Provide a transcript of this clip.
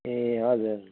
ए हजुर